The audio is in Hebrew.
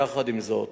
עם זאת,